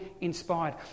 inspired